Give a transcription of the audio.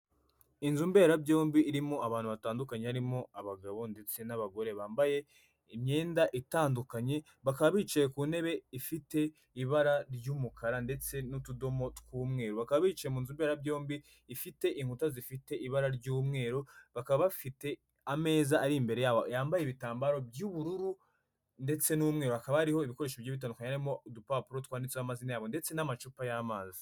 Inzu mberabyombi irimo abantu batandukanye harimo abagabo ndetse n'abagore bambaye imyenda itandukanye bakaba bicaye ku ntebe ifite ibara ry'umukara ndetse n'utudomo tumweru bakaba bicaye mu n mberabyombi ifite inkuta zifite ibara ry'umweru bakaba bafite ameza ari imbere yabo yambaye ibitambaro by'ubururu ndetse n'umweru bakaba hariho ibikoresho bigiye bitandukanye arimo udupapuro twanditseho amazina yabo ndetse n'amacupa y'amazi.